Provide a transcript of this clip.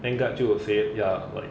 then guard 就 say ya like